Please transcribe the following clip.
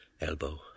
Elbow